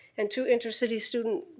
and two intercity student